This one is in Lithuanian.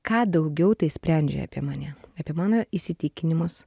ką daugiau tai sprendžia apie mane apie mano įsitikinimus